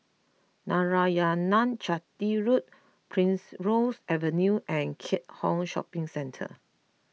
Narayanan Chetty Road Primrose Avenue and Keat Hong Shopping Centre